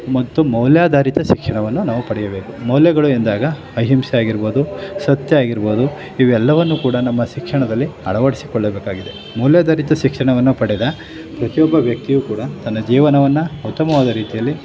ಮತ್ತು ಮೌಲ್ಯಾಧಾರಿತ ಶಿಕ್ಷಣವನ್ನು ನಾವು ಪಡೆಯಬೇಕು ಮೌಲ್ಯಗಳು ಎಂದಾಗ ಅಹಿಂಸೆ ಆಗಿರ್ಬೋದು ಸತ್ಯ ಆಗಿರ್ಬೋದು ಇವೆಲ್ಲವನ್ನೂ ಕೂಡ ನಮ್ಮ ಶಿಕ್ಷಣದಲ್ಲಿ ಅಳವಡಿಸಿಕೊಳ್ಳಬೇಕಾಗಿದೆ ಮೌಲ್ಯಾಧಾರಿತ ಶಿಕ್ಷಣವನ್ನು ಪಡೆದ ಪ್ರತಿಯೊಬ್ಬ ವ್ಯಕ್ತಿಯೂ ಕೂಡ ತನ್ನ ಜೀವನವನ್ನು ಉತ್ತಮವಾದ ರೀತಿಯಲ್ಲಿ